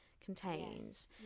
contains